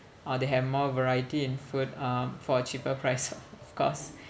or they have more variety in food um for a cheaper price of course